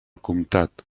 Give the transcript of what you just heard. comtat